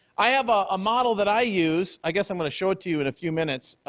i have ah a model that i use, i guess i'm going to show it to you in a few minutes,